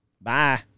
Bye